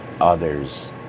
others